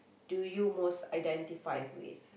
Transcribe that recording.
do you most identify with